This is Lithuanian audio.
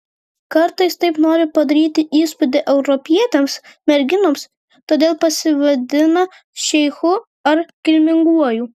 kartais taip nori padaryti įspūdį europietėms merginoms todėl pasivadina šeichu ar kilminguoju